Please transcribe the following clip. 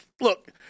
look